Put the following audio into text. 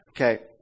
Okay